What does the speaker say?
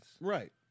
Right